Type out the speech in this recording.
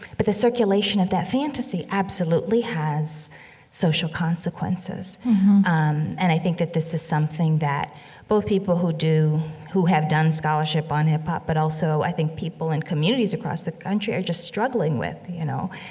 but the circulation of that fantasy absolutely has social consequences, um and i think that this something that both people who do who have done scholarship on hip hop, but also, i think people in communities across the country are just struggling with, you know.